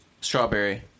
strawberry